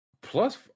Plus